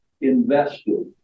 invested